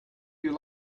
you